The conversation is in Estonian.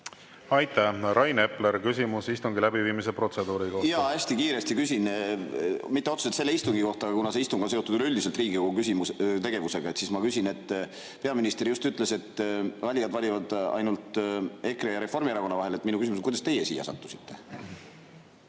Aitäh! Rain Epler, küsimus istungi läbiviimise protseduuri kohta. Hästi kiiresti küsin, mitte otseselt selle istungi kohta, aga kuna see istung on seotud üleüldiselt Riigikogu tegevusega, siis ma küsin. Peaminister just ütles, et valijad valivad ainult EKRE ja Reformierakonna vahel. Minu küsimus: kuidas teie siia sattusite?